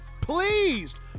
pleased